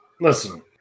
Listen